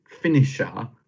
finisher